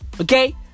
okay